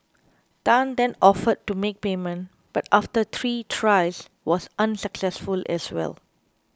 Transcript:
Tan then offered to make payment but after three tries was unsuccessful as well